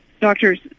doctors